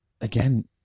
again